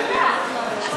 משרד המודיעין נתקבלה.